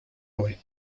роль